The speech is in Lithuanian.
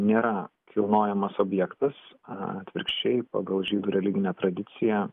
nėra kilnojamas objektas aa atvirkščiai pagal žydų religinę tradiciją